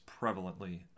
prevalently